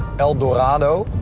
el dorado.